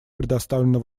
предоставлена